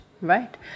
right